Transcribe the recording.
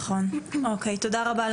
תודה רבה,